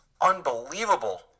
unbelievable